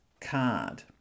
card